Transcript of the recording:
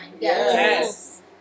Yes